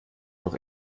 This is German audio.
doch